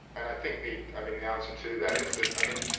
and i think the i mean the answer to that is that i mean,